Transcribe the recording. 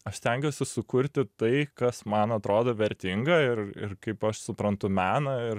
aš stengiuosi sukurti tai kas man atrodo vertinga ir ir kaip aš suprantu meną ir